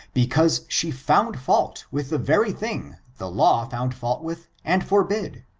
because she found fault with the very thing the law found fault with and forbid.